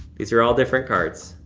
these are all different cards,